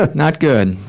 but not good,